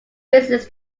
business